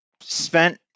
spent